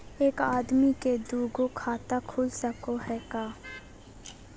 एक आदमी के दू गो खाता खुल सको है?